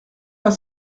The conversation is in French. pas